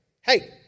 Hey